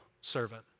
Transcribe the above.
servant